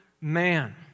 man